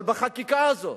אבל בחקיקה הזאת,